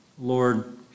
Lord